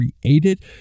created